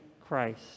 Christ